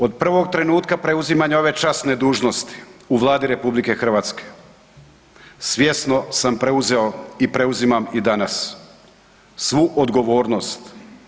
Od prvog trenutka preuzimanja ove časne dužnosti u Vladi RH, svjesno sam preuzeo i preuzimam i danas svu odgovornost.